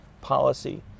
policy